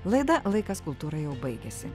laida laikas kultūrai jau baigėsi